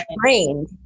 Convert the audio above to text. trained